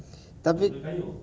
tapi